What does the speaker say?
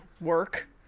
work